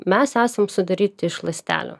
mes esam sudaryti iš ląstelių